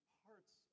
parts